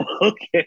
okay